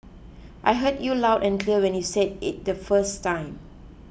I heard you loud and clear when you said it the first time